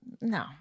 No